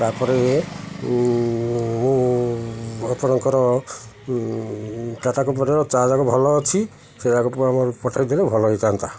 ତା'ପରେ ଆପଣଙ୍କର ଟାଟା କମ୍ପାନୀର ଚା' ଜାକ ଭଲ ଅଛି ସେ ଜାକକୁ ଆମର ପଠାଇଦେଲେ ଭଲ ହେଇଥାନ୍ତା